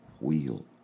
wheel